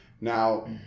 Now